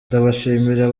ndabashimira